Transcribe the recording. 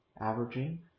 averaging